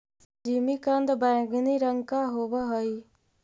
जिमीकंद बैंगनी रंग का होव हई